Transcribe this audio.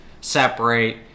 separate